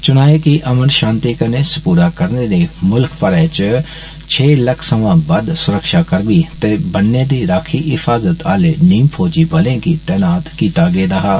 चुनाएं गी अमन षांति कन्नै सपूरा करने लेई मुल्ख भरै सवां बद्द सुरक्षाकर्मी ते बन्ने ते राक्खी हिफाजत आले नीम फौजी बलें गी तैनात कीती गेदा हा